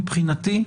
מבחינתי,